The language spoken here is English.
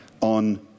on